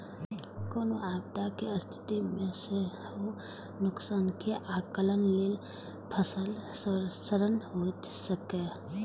कोनो आपदाक स्थिति मे सेहो नुकसानक आकलन लेल फसल सर्वेक्षण होइत छैक